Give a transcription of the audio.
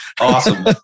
Awesome